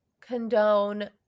condone